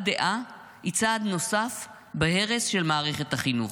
דעה היא צעד נוסף בהרס של מערכת החינוך.